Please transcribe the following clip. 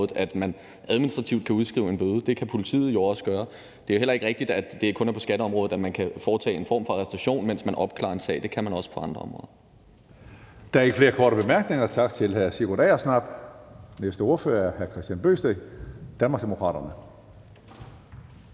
at man administrativt kan udskrive en bøde. Det kan politiet også gøre. Det er heller ikke rigtigt, at det kun er på skatteområdet, at man kan foretage en form for arrestation, mens man opklarer en sag. Det kan man også på andre områder.